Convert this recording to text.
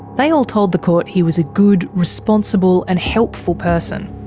they all told the court he was a good, responsible and helpful person.